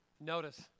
Notice